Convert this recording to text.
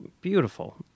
beautiful